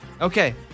Okay